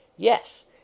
Yes